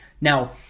Now